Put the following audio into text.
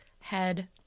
head